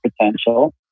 potential